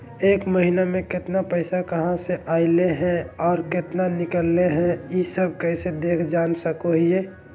एक महीना में केतना पैसा कहा से अयले है और केतना निकले हैं, ई सब कैसे देख जान सको हियय?